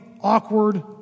awkward